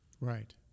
Right